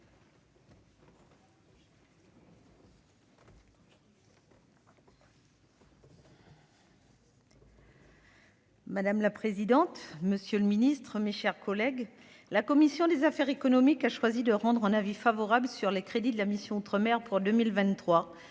Madame la présidente, monsieur le ministre, mes chers collègues, la commission des affaires économiques a choisi d'émettre un avis favorable sur l'adoption des crédits de la mission « Outre-mer » pour 2023,